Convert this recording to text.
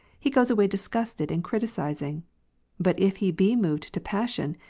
he goes away disgusted and criticising but if he be moved to passion,